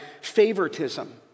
favoritism